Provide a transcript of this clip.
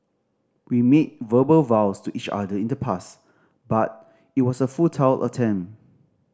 we made verbal vows to each other in the past but it was a futile attempt